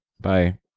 bye